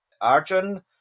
Arjun